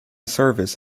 service